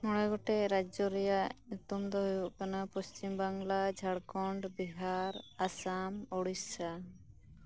ᱢᱚᱬᱮ ᱜᱚᱴᱮᱡ ᱨᱟᱡᱭᱚ ᱨᱮᱭᱟᱜ ᱧᱩᱛᱩᱢ ᱫᱚ ᱦᱩᱭᱩᱜ ᱠᱟᱱᱟ ᱯᱚᱥᱪᱤᱢ ᱵᱟᱝᱞᱟ ᱡᱷᱟᱨᱠᱷᱚᱰ ᱵᱤᱦᱟᱨ ᱟᱥᱟᱢ ᱳᱲᱤᱥᱟ